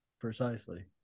Precisely